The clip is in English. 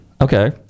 Okay